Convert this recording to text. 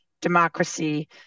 democracy